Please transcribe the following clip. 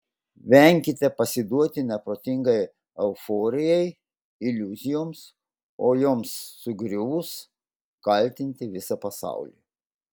venkite pasiduoti neprotingai euforijai iliuzijoms o joms sugriuvus kaltinti visą pasaulį